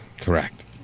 Correct